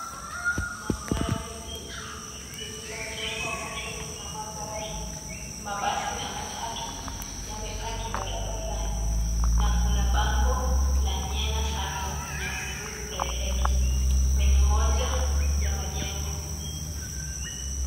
Mandhari ya mjini yenye majengo marefu na magari. Mabasi na matatu yamepaki barabarani na kuna bango la Nyena Sacco Nyahururu Direct kwenye moja ya majengo.